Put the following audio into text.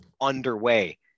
underway